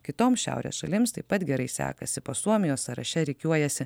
kitoms šiaurės šalims taip pat gerai sekasi po suomijos sąraše rikiuojasi